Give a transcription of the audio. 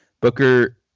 Booker